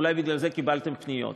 ואולי בגלל זה קיבלתם פניות.